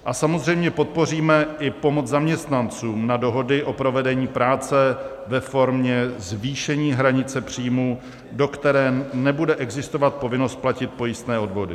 A samozřejmě podpoříme i pomoc zaměstnancům na dohody o provedení práce ve formě zvýšení hranice příjmů, do které nebude existovat povinnost platit pojistné odvody.